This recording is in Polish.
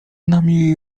nami